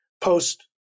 post